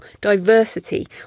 diversity